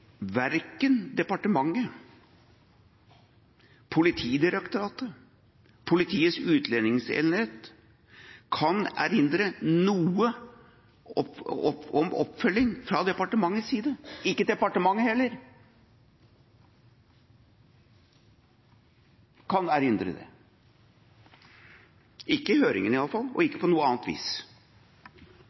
Verken departementet, Politidirektoratet eller Politiets utlendingsenhet kan erindre noe om oppfølging fra departementets side – heller ikke departementet kan erindre det, ikke i høringen i alle fall, og ikke på noe annet vis.